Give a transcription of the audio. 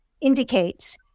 indicates